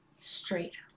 straight